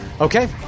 Okay